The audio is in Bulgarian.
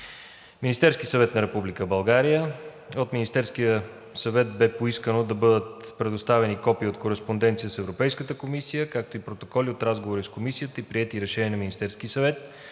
Министерския съвет на Република България. От Министерския съвет бе поискано да бъдат предоставени копия от кореспонденция с Европейската комисия, както и протоколи от разговори с Комисията и приети решения на Министерския съвет,